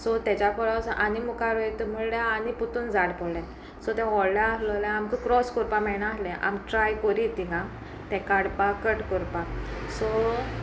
so तेज्या परस आनी मुखार ओयता म्हणल्यार आनी पोत्तून झाड पोडलें सो तें व्हडलें आहलोलें आमकां क्रोस कोरपाक मेळना आहलें आमी ट्राय कोरीत तिंगां तें काडपाक कट कोरपाक सो